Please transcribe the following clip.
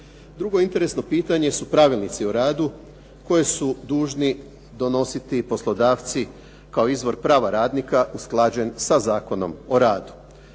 Drugo interesno pitanje su pravilnici o radu koje su dužni donositi poslodavci prava radnika usklađen sa Zakonom o radu.